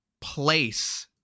place